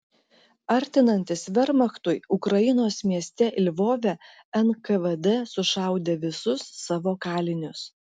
artinantis vermachtui ukrainos mieste lvove nkvd sušaudė visus savo kalinius